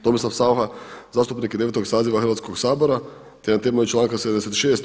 Tomislav Saucha zastupnik je 9. saziva Hrvatskog sabora te na temelju članka 76.